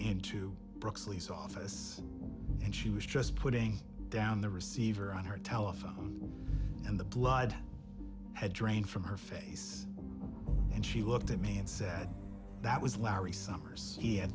lee's office and she was just putting down the receiver on her telephone and the blood had drained from her face and she looked at me and said that was larry summers